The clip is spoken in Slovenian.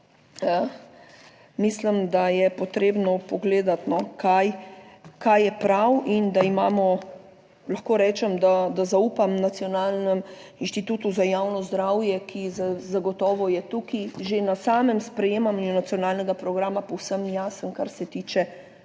mislim, da je potrebno pogledati kaj je prav in da imamo, lahko rečem, da zaupam Nacionalnem inštitutu za javno zdravje, ki zagotovo je tukaj že na samem sprejemanju Nacionalnega programa povsem jasen, kar se tiče